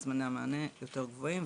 וזמני המענה יותר גבוהים.